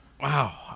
Wow